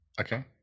Okay